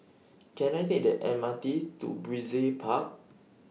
Can I Take The M R T to Brizay Park